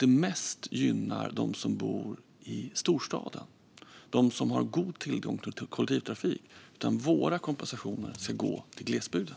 Det gynnar mest dem som bor i storstaden och som har god tillgång till kollektivtrafik. Våra kompensationer ska gå till glesbygden.